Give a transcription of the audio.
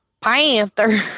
panther